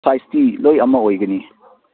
ꯁꯥꯏꯖꯇꯤ ꯂꯣꯏ ꯑꯃ ꯑꯣꯏꯒꯅꯤ